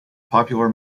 popular